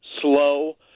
slow